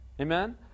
Amen